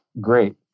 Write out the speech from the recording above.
great